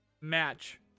match